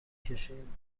کشیم